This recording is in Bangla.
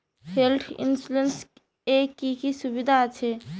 হেলথ ইন্সুরেন্স এ কি কি সুবিধা আছে?